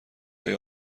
های